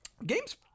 Game's